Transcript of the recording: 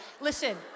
Listen